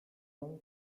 own